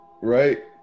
right